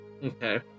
Okay